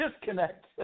Disconnect